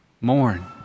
Mourn